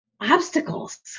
obstacles